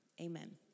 Amen